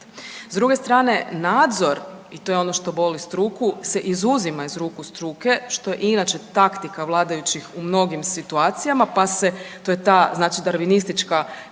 S druge strane, nadzor i to je ono što boli struku, se izuzima iz ruku struke, što je inače taktika vladajućih u mnogim situacijama, pa se, to je ta znači darvinistička